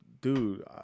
dude